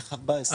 איך 14%?